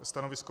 Stanovisko?